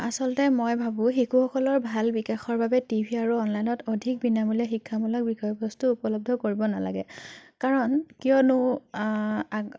আচলতে মই ভাবোঁ শিশুসকলৰ ভাল বিকাশৰ বাবে টিভি আৰু অনলাইনত অধিক বিনামূলীয়া শিক্ষামূলক বিষয়বস্তু উপলব্ধ কৰিব নালাগে কাৰণ কিয়নো আগ